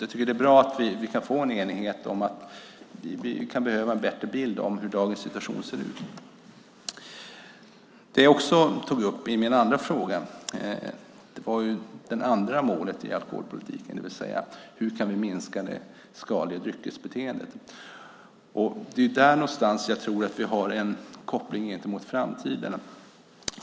Jag tycker att det är bra att vi kan få en enighet om att vi kan behöva en bättre bild av hur dagens situation ser ut. Det jag tog upp i min andra fråga var det andra målet i alkoholpolitiken, det vill säga hur vi kan minska det skadliga dryckesbeteendet. Det är där någonstans jag tror att vi har en koppling gentemot framtiden.